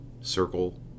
circle